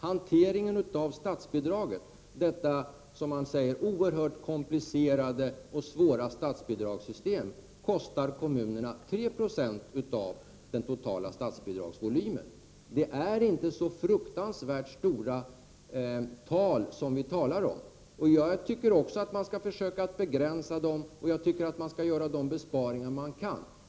Hanteringen av det, som man säger, oerhört komplicerade och svåra statsbidragssystemet kostar kommunerna 3 20 av den totala statsbidragsvolymen. Det är alltså inte så fruktansvärt höga tal vi talar om. Jag tycker också att man skall försöka begränsa dem och göra de besparingar man kan.